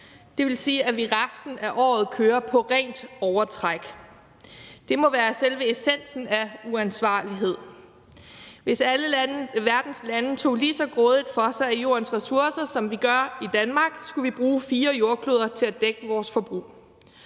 Det vil sige, at vi resten af året kører på rent overtræk. Det må være selve essensen af uansvarlighed. Hvis alle verdens lande tog lige så grådigt for sig af Jordens ressourcer, som vi gør i Danmark, skulle vi bruge fire jordkloder til at dække vores forbrug.